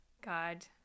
God